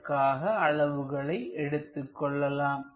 அதற்கான அளவுகளை எடுத்துக் கொள்ளலாம்